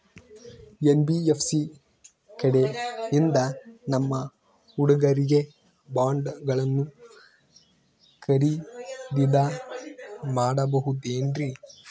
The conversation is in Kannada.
ಎನ್.ಬಿ.ಎಫ್.ಸಿ ಕಡೆಯಿಂದ ನಮ್ಮ ಹುಡುಗರಿಗೆ ಬಾಂಡ್ ಗಳನ್ನು ಖರೀದಿದ ಮಾಡಬಹುದೇನ್ರಿ?